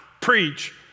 preach